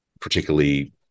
particularly